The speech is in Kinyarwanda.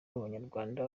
n’abanyarwanda